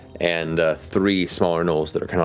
and three smaller gnolls that are kind of